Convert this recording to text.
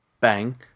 bang